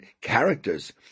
characters